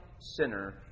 sinner